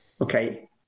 okay